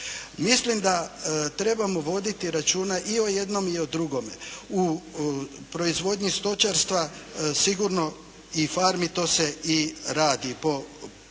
Mislim da trebamo voditi računa i o jednom i o drugome. U proizvodnji stočarstva sigurno i farmi to se i radi